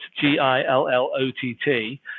G-I-L-L-O-T-T